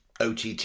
OTT